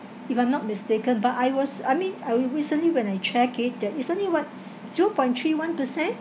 if I'm not mistaken but I was I mean I re~recently when I check it there is only one zero point three one percent